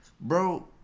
bro